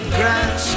grass